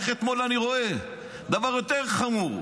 איך אתמול אני רואה דבר יותר חמור,